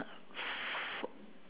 f~